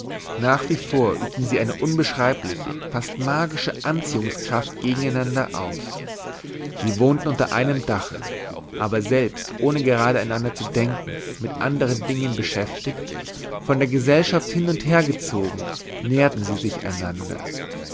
nach wie vor übten sie eine unbeschreibliche fast magische anziehungskraft gegeneinander aus sie wohnten unter einem dache aber selbst ohne gerade aneinander zu denken mit andern dingen beschäftigt von der gesellschaft hin und her gezogen näherten sie sich einander